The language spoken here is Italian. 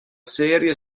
serie